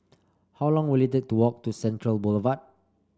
how long will it take to walk to Central Boulevard